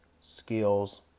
skills